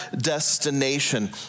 destination